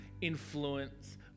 influence